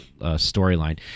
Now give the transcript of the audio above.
storyline